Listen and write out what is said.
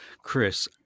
Chris